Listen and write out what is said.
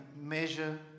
measure